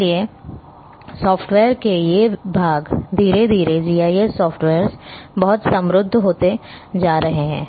इसलिए सॉफ्टवेयर के ये भाग धीरे धीरे जीआईएस सॉफ्टवेयर्स बहुत समृद्ध होते जा रहे हैं